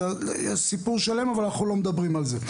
יש סיפור שלם אבל אנחנו לא מדברים על זה.